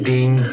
Dean